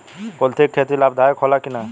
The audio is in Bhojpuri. कुलथी के खेती लाभदायक होला कि न?